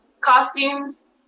costumes